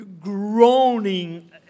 groaning